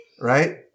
Right